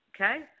Okay